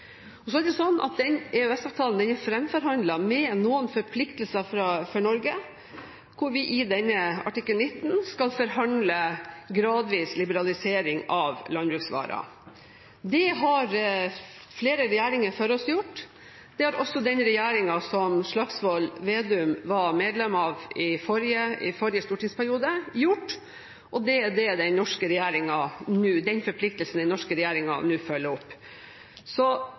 Så er det slik at den EØS-avtalen er framforhandlet med noen forpliktelser for Norge, hvor vi gjennom artikkel 19 skal forhandle gradvis liberalisering av landbruksvarer. Det har flere regjeringer før oss gjort. Det har også den regjeringen som Slagsvold Vedum var medlem av i forrige stortingsperiode, gjort, og det er den forpliktelsen den norske regjeringen nå følger opp. Så